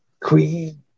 Queen